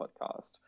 podcast